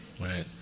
Right